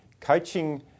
coaching